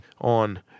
on